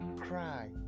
Cry